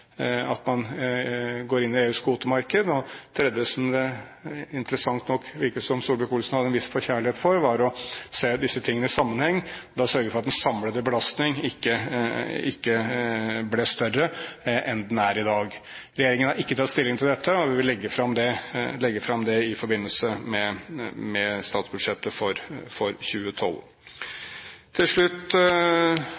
at man går inn i EUs kvotemarked. Det tredje, som det interessant nok virket som om Solvik-Olsen hadde en viss forkjærlighet for, var å se disse tingene i sammenheng og da sørge for at den samlede belastning ikke blir større enn den er i dag. Regjeringen har ikke tatt stilling til dette, og vi vil legge det fram i forbindelse med statsbudsjettet for 2012. Til slutt: La meg bare takke Stortinget for